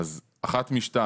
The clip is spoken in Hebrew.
אז אחת משתיים,